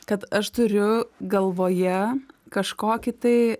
kad aš turiu galvoje kažkokį tai